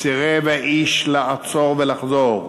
סירב האיש לעצור ולחזור.